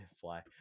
fly